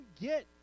get